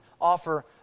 offer